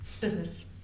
business